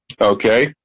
Okay